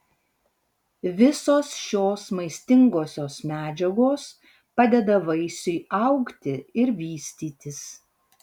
visos šios maistingosios medžiagos padeda vaisiui augti ir vystytis